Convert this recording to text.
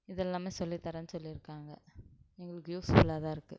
இது எல்லாமே சொல்லித் தரேன்னு சொல்லியிருக்காங்க எங்களுக்கு யூஸ்ஃபுல்லாக தான் இருக்குது